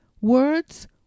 words